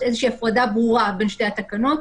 איזושהי הפרדה ברורה בין שתי התקנות.